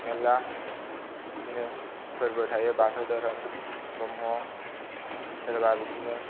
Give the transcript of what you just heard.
मेल्ला बिदिनो फोरबो थायो बाथौ धोरोम ब्रह्म सोरबा बिदिनो